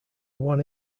one